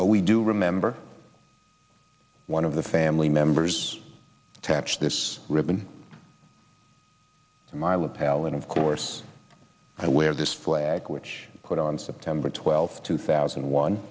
but we do remember one of the family members attach this ribbon to my lapel and of course i wear this flag which put on september twelfth two thousand and one